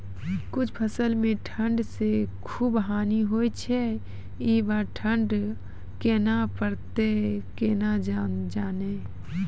कुछ फसल मे ठंड से खूब हानि होय छैय ई बार ठंडा कहना परतै केना जानये?